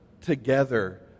together